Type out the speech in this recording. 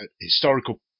historical